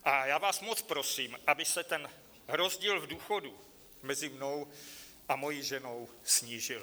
A já vás moc prosím, aby se ten rozdíl v důchodu mezi mnou a mojí ženou snížil.